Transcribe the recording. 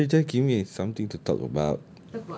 no dari checking ni something to talk about